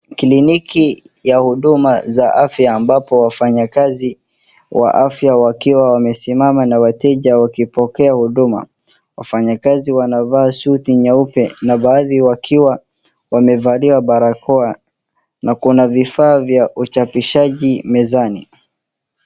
Kliniki ya huduma za afya ambapo wafany kazi wa afya wakiwa wamesimama ,wateja wakipokea huduma .Wafanyikazi wanavaa suti nyeupe na baadhi wakiwa wamevalia barakoa na kuna vifaa vya uchapisaji mezani .